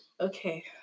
Okay